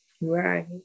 Right